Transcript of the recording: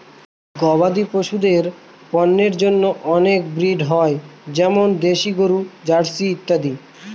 গবাদি পশুদের পন্যের জন্য অনেক ব্রিড হয় যেমন দেশি গরু, জার্সি ইত্যাদি